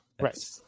Right